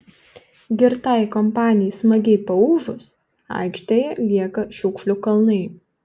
girtai kompanijai smagiai paūžus aikštėj lieka šiukšlių kalnai